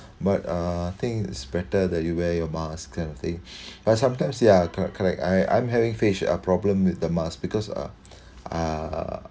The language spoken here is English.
but I think it's better that you wear your mask kind of thing but sometimes ya correct correct I I'm having face uh problem with the mask because uh err